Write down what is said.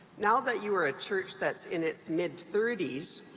now that you are a church that's in its mid thirty s,